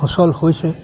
সচল হৈছে